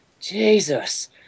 Jesus